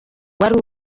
wari